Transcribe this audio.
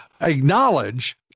acknowledge